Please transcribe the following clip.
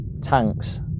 tanks